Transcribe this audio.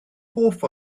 hoff